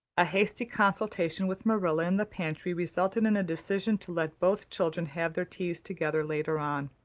a hasty consultation with marilla in the pantry resulted in a decision to let both children have their teas together later on.